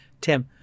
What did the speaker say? Tim